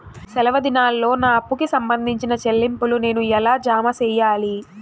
సెలవు దినాల్లో నా అప్పుకి సంబంధించిన చెల్లింపులు నేను ఎలా జామ సెయ్యాలి?